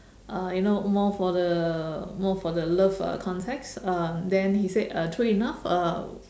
uh you know more for the more for the love uh context uh then he said uh true enough uh